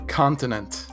continent